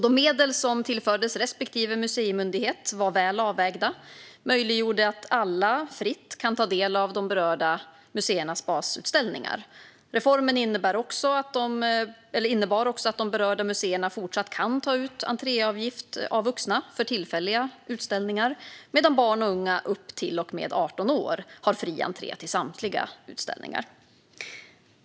De medel som tillfördes respektive museimyndighet var väl avvägda och möjliggjorde att alla fritt skulle kunna ta del av de berörda museernas basutställningar. Reformen innebar också att de berörda museerna skulle kunna fortsätta ta ut entréavgift av vuxna för tillfälliga utställningar medan barn och unga upp till och med 18 år skulle ha fri entré till samtliga utställningar.